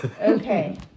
Okay